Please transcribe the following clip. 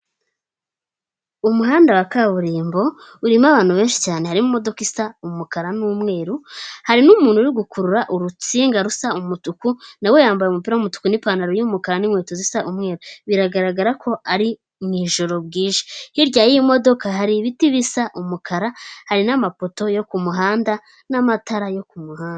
Umuhanda wa kaburimbo, urimo abantu benshi cyane harimo imodoka isa umukara n'umweru, hari n'umuntu uri gukurura urutsinga rusa umutuku, na we yambaye umupira w'umutuku n'ipantaro y'umukara n'inkweto zisa umweru, biragaragara ko ari mu ijoro bwije, hirya y'iyo modoka hari ibiti bisa umukara hari n'amapoto yo kumuhanda n'amatara yo ku kumuhanda.